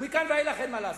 ומכאן ואילך אין מה לעשות.